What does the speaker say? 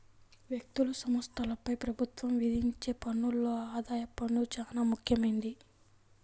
వ్యక్తులు, సంస్థలపై ప్రభుత్వం విధించే పన్నుల్లో ఆదాయపు పన్ను చానా ముఖ్యమైంది